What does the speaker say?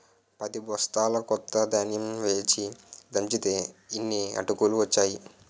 పదిబొస్తాల కొత్త ధాన్యం వేచి దంచితే యిన్ని అటుకులు ఒచ్చేయి